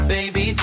Baby